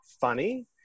funny